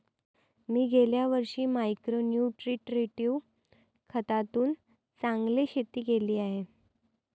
मी गेल्या वर्षी micro nutritive खतातून चांगले शेती केली आहे